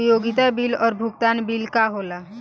उपयोगिता बिल और भुगतान बिल का होला?